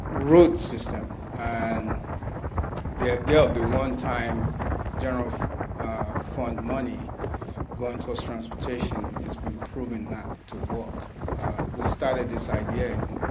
road system, and they have dealt the one-time general fund money going towards transportation it's been proven not to work we started this idea in